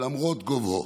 למרות גובהו.